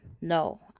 No